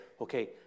Okay